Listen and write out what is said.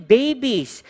babies